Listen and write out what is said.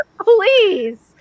please